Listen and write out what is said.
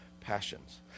passions